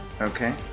Okay